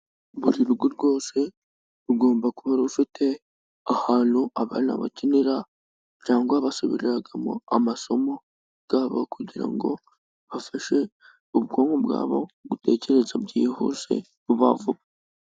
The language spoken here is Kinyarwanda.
Buri rugo rwose rugomba kuba rufite ahantu abana bakinira cyangwa basubirimo amasomo yabo kugira ngo ngo bifashe ubwonko bwabo gutekereza byihushe vuba vuba.